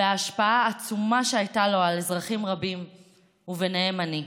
ולהשפעה העצומה שהייתה לו על אזרחים רבים וביניהם אני.